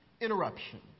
Interruption